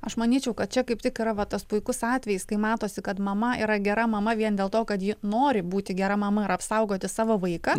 aš manyčiau kad čia kaip tik yra va tas puikus atvejis kai matosi kad mama yra gera mama vien dėl to kad ji nori būti gera mama ir apsaugoti savo vaiką